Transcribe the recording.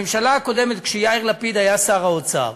הממשלה הקודמת, כשיאיר לפיד היה שר האוצר,